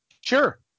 Sure